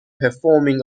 performing